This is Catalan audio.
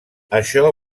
això